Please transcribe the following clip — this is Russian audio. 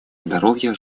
здоровья